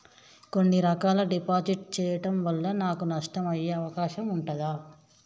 కొన్ని రకాల డిపాజిట్ చెయ్యడం వల్ల నాకు నష్టం అయ్యే అవకాశం ఉంటదా?